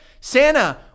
Santa